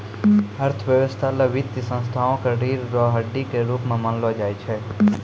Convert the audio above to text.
अर्थव्यवस्था ल वित्तीय संस्थाओं क रीढ़ र हड्डी के रूप म मानलो जाय छै